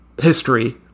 History